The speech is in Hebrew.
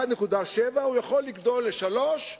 1.7, הוא יכול לגדול ל-3,